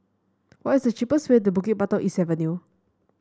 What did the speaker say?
what is the cheapest way to Bukit Batok East Avenue